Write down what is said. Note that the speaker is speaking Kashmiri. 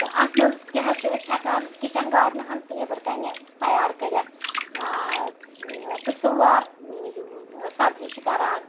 تہٕ اَتھ منٛز کیٛاہ حظ چھُ أسۍ ہٮ۪کان کِچَن گاڈنہٕ ہَن تہٕ نیٚبٕرکَنہِ تَیار کٔرِتھ قٕسموار سَبزی چھِ کَران